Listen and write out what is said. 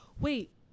Wait